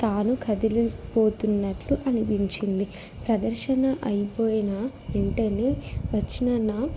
తాను కదిలి పోతున్నట్లు అనిపించింది ప్రదర్శన అయిపోయిన వెంటనే వచ్చిన నా